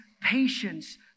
patience